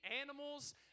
animals